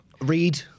Read